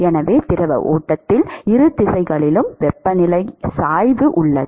எனவே திரவ ஓட்டத்தில் இரு திசைகளிலும் வெப்பநிலை சாய்வு உள்ளது